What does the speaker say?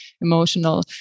emotional